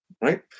right